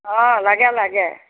অঁ লাগে লাগে